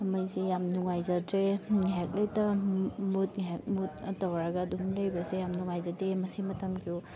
ꯃꯩꯁꯦ ꯌꯥꯝ ꯅꯨꯡꯉꯥꯏꯖꯗ꯭ꯔꯦ ꯉꯥꯏꯍꯥꯛ ꯂꯩꯇ ꯃꯨꯠ ꯉꯥꯏꯍꯥꯛ ꯃꯨꯠ ꯑꯅ ꯇꯧꯔꯒ ꯑꯗꯨꯝ ꯂꯩꯕꯁꯦ ꯌꯥꯝ ꯅꯨꯡꯉꯥꯏꯖꯗꯦ ꯃꯁꯤꯃꯇꯪꯁꯨ